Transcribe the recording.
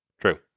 True